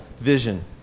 vision